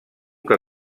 que